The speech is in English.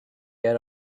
yet